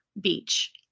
Beach